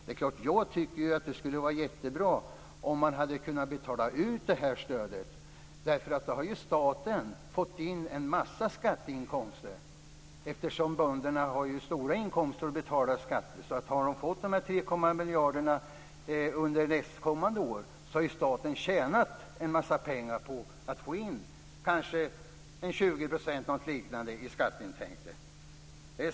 Det är klart att jag tycker att det hade varit jättebra om man kunnat betala ut det här stödet. Då har ju staten fått in en massa skatteinkomster. Bönderna har ju stora inkomster att betala skatt på. Har de fått de här miljarderna under nästkommande år har alltså staten tjänat en massa pengar på att få in kanske 20 % eller något liknande i skatteintäkter.